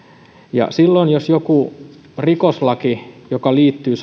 silloin jos joku rikoslaki joka liittyy